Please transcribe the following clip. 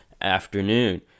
afternoon